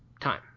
time